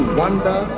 wonder